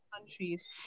countries